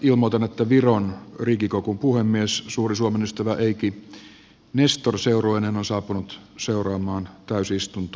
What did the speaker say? ilmoitan että viron riigikogun puhemies suuri suomen ystävä eiki nestor seurueineen on saapunut seuraamaan täysistuntoa